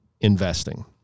investing